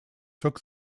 took